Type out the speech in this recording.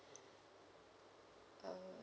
err